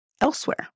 elsewhere